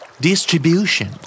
Distribution